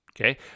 okay